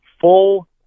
full